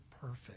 perfect